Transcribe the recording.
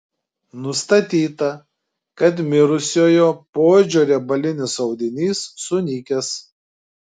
nustatyta kad mirusiojo poodžio riebalinis audinys sunykęs